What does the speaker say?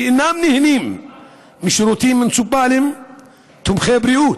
שאינם נהנים משירותים מוניציפליים תומכי בריאות,